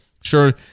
Sure